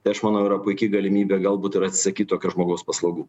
tai aš manau yra puiki galimybė galbūt ir atsakyt tokio žmogaus paslaugų